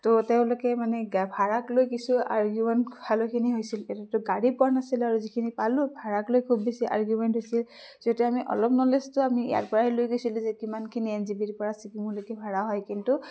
তহ তেওঁলোকে মানে ভাৰাক লৈ কিছু আৰ্গোমেণ্ট ভালেখিনি হৈছিল এটাটো গাড়ী পোৱা নাছিলোঁ আৰু যিখিনি পালোঁ ভাড়াক লৈ খুব বেছি আৰ্গোমেণ্ট হৈছিল যেতিয়া আমি অলপ নলেজটো আমি ইয়াৰপৰাই লৈ গৈছিলোঁ যে কিমানখিনি এনজেপিৰ পৰা ছিক্কিমলৈ ভাড়া হয় কিন্তু